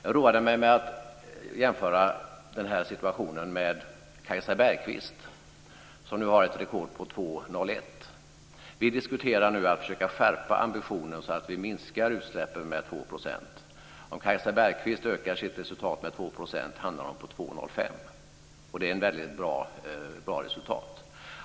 Jag roade mig med att jämföra den här situationen med Kajsa Bergqvist, som nu har ett rekord på 2,01 i höjdhopp. Vi diskuterar nu att försöka skärpa ambitionen så att vi minskar utsläppen med 2 %. Om Kajsa Bergqvist ökar sitt resultat med 2 % hamnar hon på 2,05. Det är ett väldigt bra resultat.